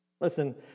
Listen